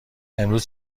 امروز